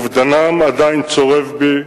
ואובדנם עדיין צורב בי.